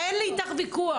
אין לי איתך ויכוח.